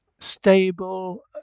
Stable